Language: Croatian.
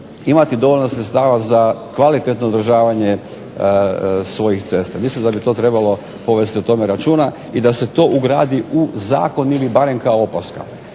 imati dovoljno sredstava za kvalitetno održavanje svojih cesta. Mislim da bi to trebalo povesti o tome računa i da se to ugradi u zakon ili barem kao opaska.